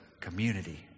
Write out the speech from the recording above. community